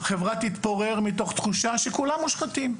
החברה תתפורר מתוך תחושה שכולם מושחתים,